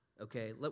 okay